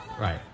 Right